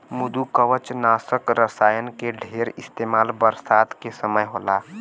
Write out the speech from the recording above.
मृदुकवचनाशक रसायन के ढेर इस्तेमाल बरसात के समय होला